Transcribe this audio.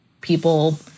People